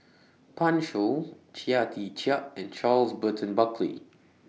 Pan Shou Chia Tee Chiak and Charles Burton Buckley